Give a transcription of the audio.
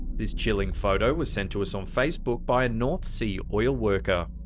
this chilling photo was sent to us on facebook by a north sea oil worker.